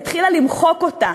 והתחילה למחוק אותה.